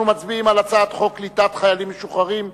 אנחנו מצביעים על הצעת חוק קליטת חיילים משוחררים (תיקון,